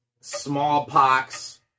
smallpox